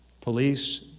police